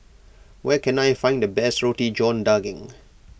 where can I find the best Roti John Daging